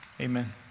amen